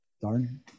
darn